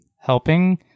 helping